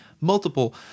multiple –